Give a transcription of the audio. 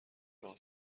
راه